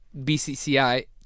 BCCI